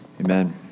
Amen